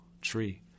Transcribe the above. tree